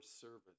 service